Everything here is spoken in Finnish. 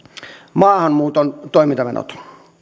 maahanmuuton toimintamenot